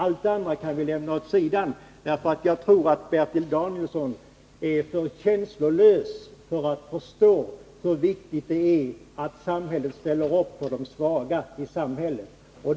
Allt det andra kan vi lämna åt sidan, för jag tror att Bertil Danielsson är för känslolös för att förstå hur viktigt det är att samhället ställer upp på de svagas sida.